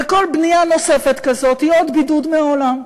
וכל בנייה נוספת כזאת היא עוד בידוד מהעולם,